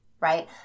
right